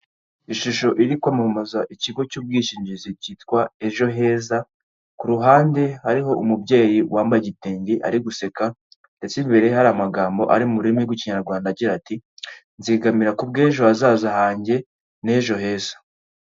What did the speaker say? Ishusho iri kwamamaza ikigo cy'ubwishingizi cyitwa ejo heza, ku ruhande hariho umubyeyi wambaye igitenge ari guseka ndetse imbere hari amagambo ari mu rurimi rw'Ikinyarwanda agira ati," Nzigamira ku bw'ejo hazaza hanjye n'ejo heza."